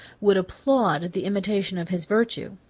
would applaud the imitation of his virtue.